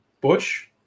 Bush